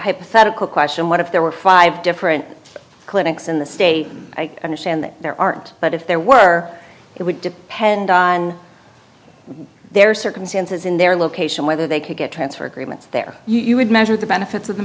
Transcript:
hypothetical question what if there were five different clinics in the state i understand that there aren't but if there were it would depend on there are circumstances in their location whether they could get transfer agreements there you would measure the benefits